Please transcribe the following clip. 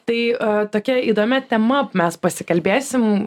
tai tokia įdomia tema mes pasikalbėsim